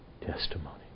testimony